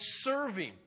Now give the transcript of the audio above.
serving